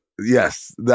yes